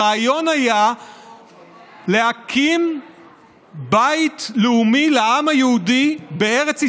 הרעיון היה להקים בית לאומי לעם היהודי בארץ ישראל.